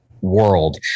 world